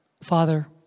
Father